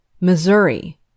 Missouri